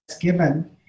given